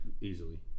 easily